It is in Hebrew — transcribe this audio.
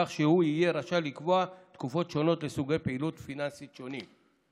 כך שהוא יהיה רשאי לקבוע תקופות שונות לסוגי פעילות פיננסית שונים.